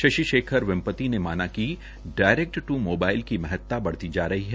शशि शेखर वेम्पती ने माना कि डायरेक्ट ट्र मोबालइ की महता बढ़ती जा रही है